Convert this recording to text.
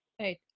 right